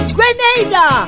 Grenada